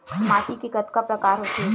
माटी के कतका प्रकार होथे?